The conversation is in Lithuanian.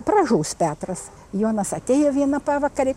pražūs petras jonas atėjo vieną pavakarę